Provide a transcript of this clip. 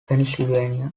pennsylvania